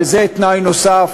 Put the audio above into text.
וזה תנאי נוסף,